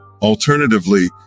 Alternatively